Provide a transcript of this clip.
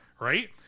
Right